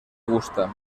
gusta